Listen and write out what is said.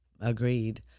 Agreed